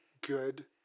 good